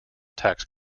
tax